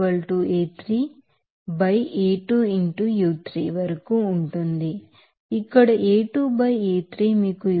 83 మీటర్లుగా పొందవచ్చు ఒకవేళ మీరు ఈ పాయింట్ 2 మరియు 3 మధ్య మాస్ బాలన్స్ ను కలిగి ఉన్నట్లయితే మనం దీనిని A2 ని u2 లోనికి కలిగి ఉండవచ్చుఇది A 3 into u3A2 అనేది క్రాస్ సెక్షనల్ ప్రాంతం